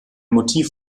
motiv